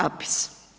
APIS.